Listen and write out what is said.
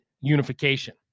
unification